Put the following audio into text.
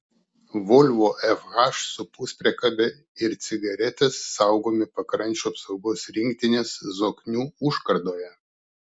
volvo fh su puspriekabe ir cigaretės saugomi pakrančių apsaugos rinktinės zoknių užkardoje